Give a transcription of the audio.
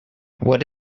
what